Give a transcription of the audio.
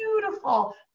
beautiful